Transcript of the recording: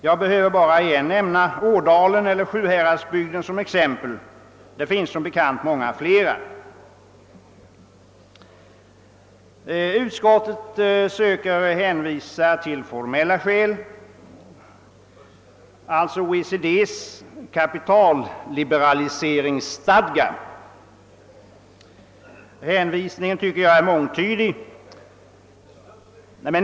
Jag behöver bara nämna Ådalen eller Sjuhäradsbygden som exempel; det finns som bekant många flera. Utskottet söker hänvisa till formella skäl, nämligen till OECD:s kapitalliberaliseringsstadga. Hänvisningen tycker jag är mångtydig.